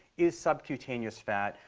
is subcutaneous fat,